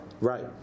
Right